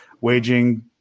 waging